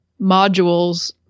modules